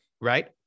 right